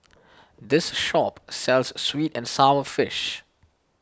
this shop sells Sweet and Sour Fish